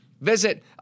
visit